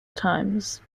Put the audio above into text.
times